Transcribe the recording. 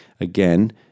again